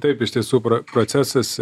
taip iš tiesų procesas